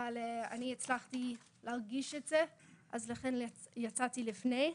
אבל אני הצלחתי להרגיש את זה אז לכן אני יצאתי לפני.